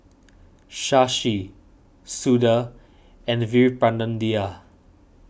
Shashi Suda and Veerapandiya